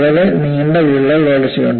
വളരെ നീണ്ട വിള്ളൽ വളർച്ചയുണ്ട്